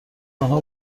آنها